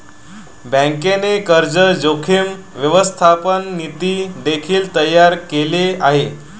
बँकेने कर्ज जोखीम व्यवस्थापन नीती देखील तयार केले आहे